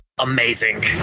Amazing